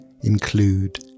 include